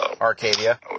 Arcadia